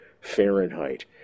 Fahrenheit